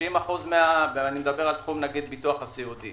אני מדבר, נאמר, על תחום הביטוח הסיעודי